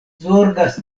zorgas